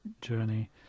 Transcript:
journey